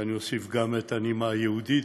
ואני אוסיף את הנימה היהודית: